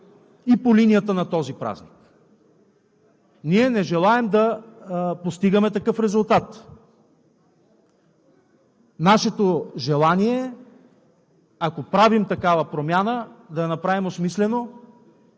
и по линията на този празник. Ние не желаем да постигаме такъв резултат. Нашето желание е, ако правим такава промяна, да я направим осмислено,